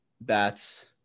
bats